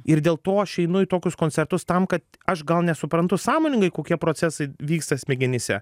ir dėl to aš einu į tokius koncertus tam kad aš gal nesuprantu sąmoningai kokie procesai vyksta smegenyse